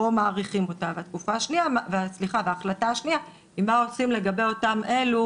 מאריכים אותה וההחלטה השנייה היא מה עושים לגבי אותם אלו